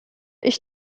ich